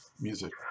music